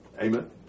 Amen